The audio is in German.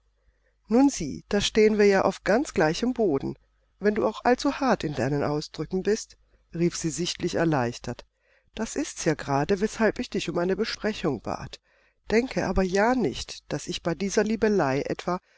nun sieh da stehen wir ja auf ganz gleichem boden wenn du auch allzuhart in deinen ausdrücken bist rief sie sichtlich erleichtert das ist's ja gerade weshalb ich dich um eine besprechung bat denke aber ja nicht daß ich bei dieser liebelei etwa